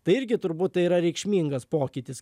tai irgi turbūt yra reikšmingas pokytis